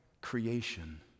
creation